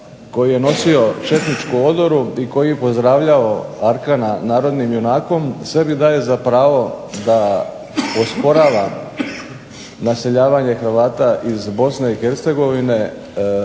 koji je nosio četničku odoru i koji je pozdravljao Arkana narodnim junakom, sebi daje za pravo da osporava naseljavanje Hrvata iz Bosne i Hercegovine